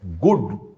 good